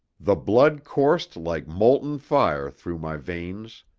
the blood coursed like molten fire through my veins.